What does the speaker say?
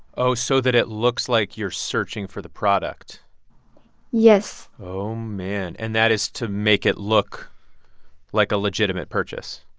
oh, so that it looks like you're searching for the product yes man. and that is to make it look like a legitimate purchase